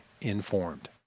informed